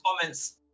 comments